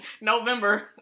November